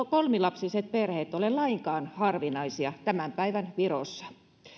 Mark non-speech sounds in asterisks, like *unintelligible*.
*unintelligible* kolmilapsiset perheet eivät ole lainkaan harvinaisia tämän päivän virossa